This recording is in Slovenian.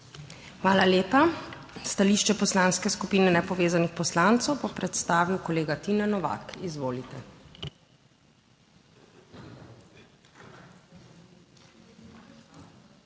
Hvala lepa. Stališče Poslanske skupine Nepovezanih poslancev bo predstavil kolega Tine Novak, izvolite. TINE NOVAK